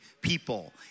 people